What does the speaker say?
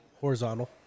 Horizontal